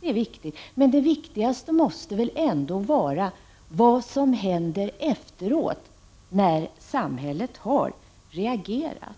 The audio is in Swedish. Det är viktigt, men det viktigaste måste väl ändå vara vad som händer efteråt när samhället har reagerat.